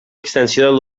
extensió